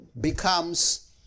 becomes